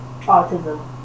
autism